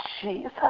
Jesus